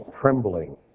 trembling